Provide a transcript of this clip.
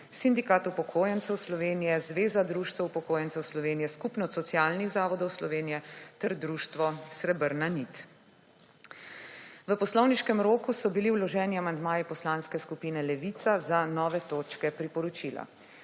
Sindikat upokojencev Slovenije, Zveza društev upokojencev Slovenije, Skupnost socialnih zavodov Slovenije ter Društvo srebrna nit. V poslovniškem roku so bili vloženi amandmaji Poslanske skupine Levica za nove točke priporočila.